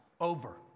Over